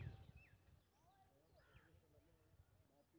कोनो भी फसल के गोदाम में कोना राखल जाय की कुछ दिन खराब ने होय के चाही?